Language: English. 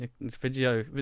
video